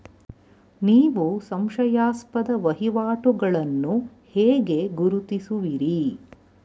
ನೀವು ಸಂಶಯಾಸ್ಪದ ವಹಿವಾಟುಗಳನ್ನು ಹೇಗೆ ಗುರುತಿಸುವಿರಿ?